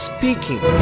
Speaking